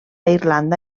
irlanda